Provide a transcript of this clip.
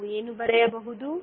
ನಾವು ಏನು ಬರೆಯಬಹುದು